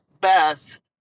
best